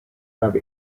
have